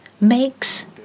makes